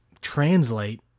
translate